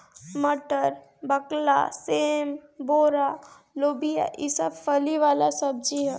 मटर, बकला, सेम, बोड़ा, लोबिया ई सब फली वाला सब्जी ह